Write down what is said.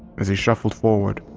as he shuffled forward,